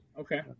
Okay